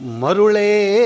Marule